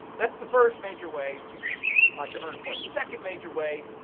that's the first major way to earn points. second major way,